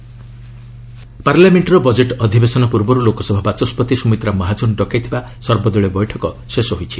all party meeting ପାର୍ଲାମେଣ୍ଟର budget ଅଧିବେଶନ ପୂର୍ବରୁ ଲୋକସଭା ବାଚସ୍କତି ସୁମିତ୍ରା ମହାଜନ ଡକାଇଥିବା ସର୍ବଦଳୀୟ ବୈଠକ ଶେଷ ହୋଇଛି